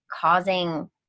causing